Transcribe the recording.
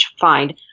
find